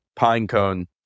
Pinecone